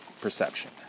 perception